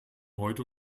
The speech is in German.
heute